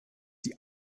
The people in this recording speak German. die